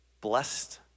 blessed